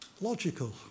logical